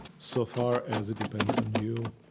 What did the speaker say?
so far as it depends on you,